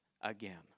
again